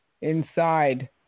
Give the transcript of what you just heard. inside